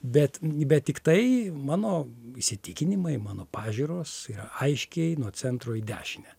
bet bet tiktai mano įsitikinimai mano pažiūros yra aiškiai nuo centro į dešinę